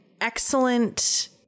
excellent